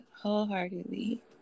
wholeheartedly